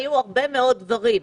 היו הרבה מאוד דברים.